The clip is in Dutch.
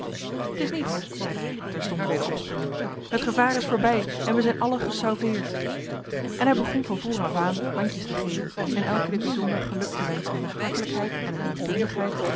t is niets zeide hij terstond weder opspringende het gevaar is voorbij en wij zijn allen gesauveerd en hij begon van voren af aan handjes te geven en elk in t bijzonder geluk te wenschen met een hartelijkheid en een